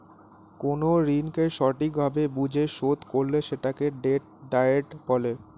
কোন ঋণকে সঠিক ভাবে বুঝে শোধ করলে সেটাকে ডেট ডায়েট বলে